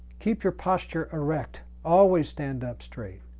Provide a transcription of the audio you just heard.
keep your posture erect. always stand up straight.